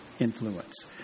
influence